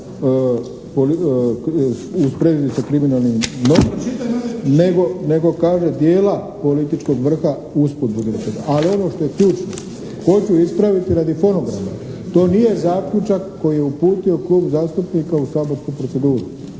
u sprezi sa kriminalnim dnom nego kaže tijela političkog vrha usput budi rečeno. Ali ono što je ključno, hoću ispraviti radi fonograma. To nije zaključak koji je uputio klub zastupnika u saborsku proceduru.